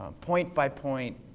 point-by-point